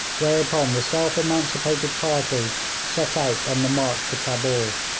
whereupon the self-emancipated party set out on the march to cabul.